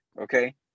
Okay